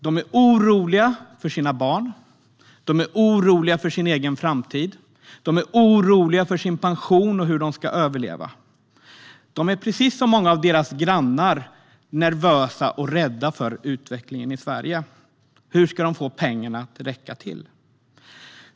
De är oroliga för sina barn, sin egen framtid, sin pension och hur de ska överleva. De är precis som många av sina grannar nervösa och rädda för utvecklingen i Sverige. Hur ska de få pengarna att räcka till?